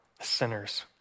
sinners